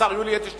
השר יולי אדלשטיין,